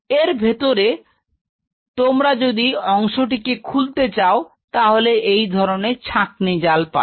এর ভেতরে তোমরা যদি অংশটিকে খুলতে চাও তাহলে এই ধরনের ছাঁকনি জাল পাবে